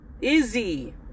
izzy